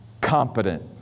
competent